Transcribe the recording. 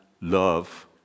love